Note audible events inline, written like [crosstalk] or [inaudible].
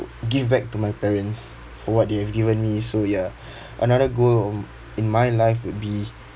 give back to my parents for what they've given me so ya [breath] another goal o~ in my life would be